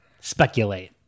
Speculate